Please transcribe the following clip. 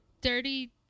dirty